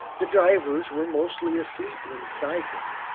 the drivers were mostly asleep inside them,